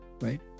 right